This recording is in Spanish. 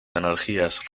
energías